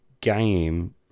game